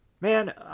man